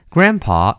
Grandpa